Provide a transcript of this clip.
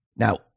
Now